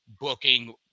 booking